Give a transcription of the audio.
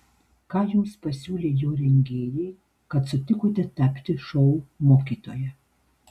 ką jums pasiūlė jo rengėjai kad sutikote tapti šou mokytoja